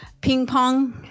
ping-pong